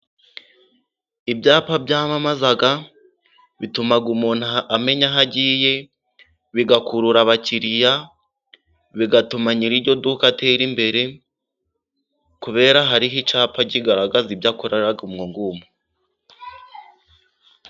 Ibyapa byamamaza bituma umuntu amenya aho agiye, bigakurura abakiriya, bigatuma nyiri iryo duka atera imbere kubera hariho icyapa kigaragaza ibyo akorera aho ngaho.